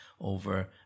over